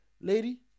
Lady